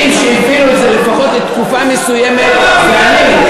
לפחות לתקופה מסוימת, זה אני.